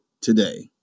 today